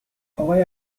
آقای